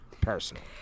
personal